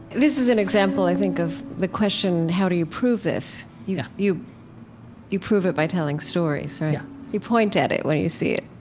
this is an example, i think, of the question, how do you prove this? yeah you you prove it by telling stories, right? yeah you point at it when you see it?